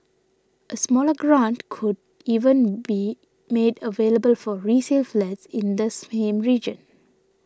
a smaller grant could even be made available for resale flats in the same region